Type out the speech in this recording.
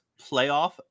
playoff